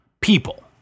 People